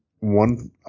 One